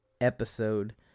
episode